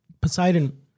Poseidon